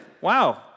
Wow